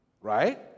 Right